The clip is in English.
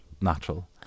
natural